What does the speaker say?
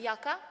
Jaka?